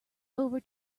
over